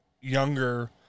younger